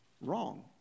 wrong